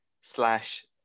slash